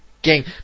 game